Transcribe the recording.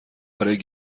برای